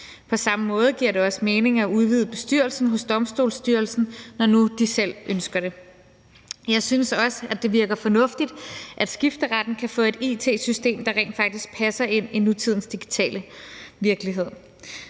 På samme måde giver det også mening at udvide bestyrelsen hos Domstolsstyrelsen, når nu de selv ønsker det. Jeg synes også, det virker fornuftigt, at skifteretten kan få et it-system, der rent faktisk passer ind i nutidens digitale virkelighed.